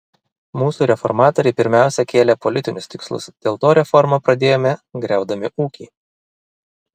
mūsų reformatoriai pirmiausia kėlė politinius tikslus dėl to reformą pradėjome griaudami ūkį